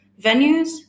venues